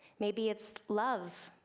maybe it's love,